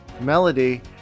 melody